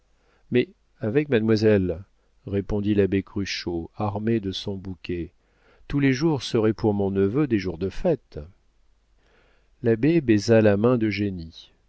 mais avec mademoiselle répondit l'abbé cruchot armé de son bouquet tous les jours seraient pour mon neveu des jours de fête l'abbé baisa la main d'eugénie